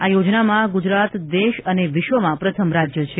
આ યોજનામાં ગુજરાત દેશ અને વિશ્વમાં પ્રથમ રાજ્ય છે